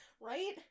Right